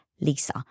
Lisa